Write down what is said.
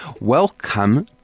Welcome